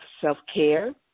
self-care